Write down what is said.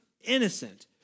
innocent